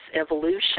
evolution